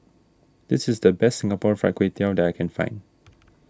this is the best Singapore Fried Kway Tiao that I can find